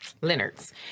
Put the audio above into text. Leonard's